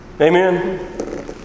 Amen